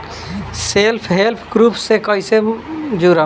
Self help group से कइसे जुड़म?